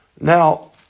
Now